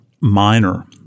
minor